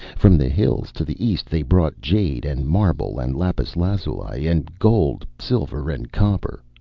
from the hills to the east they brought jade and marble and lapis lazuli, and gold, silver and copper.